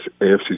AFC